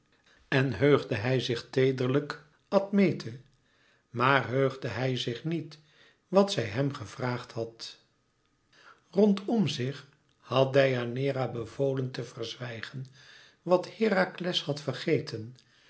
en heugde hij zich teederlijk admete maar heugde hij zich niet wat zij hem gevraagd had rondom zich had deianeira bevolen te verzwijgen wat herakles had vergeten